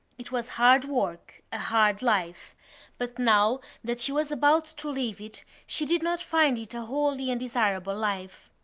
it was hard work a hard life but now that she was about to leave it she did not find it a wholly undesirable life.